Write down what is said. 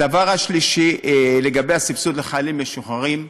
הדבר השלישי, לגבי הסבסוד לחיילים משוחררים,